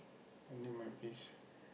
I knew my pace